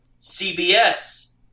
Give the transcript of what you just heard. CBS